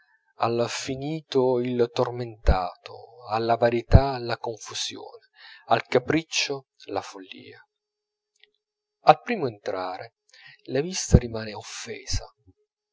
al finito il tormentato alla varietà la confusione al capriccio la follia al primo entrare la vista rimane offesa